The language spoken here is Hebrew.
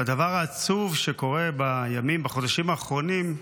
והדבר העצוב שקורה בימים ובחודשים האחרונים זה,